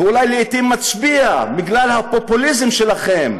אולי הוא לעתים מצביע, בגלל הפופוליזם שלכם,